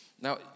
Now